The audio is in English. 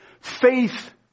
faith